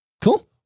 Cool